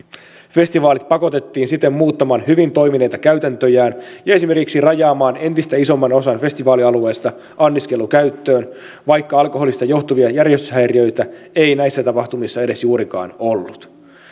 festivaalit pakotettiin siten muuttamaan hyvin toimineita käytäntöjään ja esimerkiksi rajaamaan entistä isomman osan festivaalialueesta anniskelukäyttöön vaikka alkoholista johtuvia järjestyshäiriöitä ei näissä tapahtumissa edes juurikaan ollut